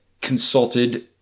consulted